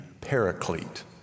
paraclete